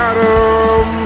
Adam